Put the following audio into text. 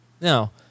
No